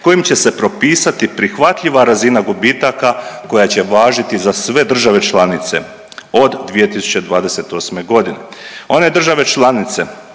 kojim će se propisati prihvatljiva razina gubitaka koja će važiti za sve države članice od 2028. g. One države članice